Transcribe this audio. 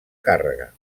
càrrega